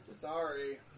Sorry